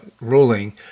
ruling –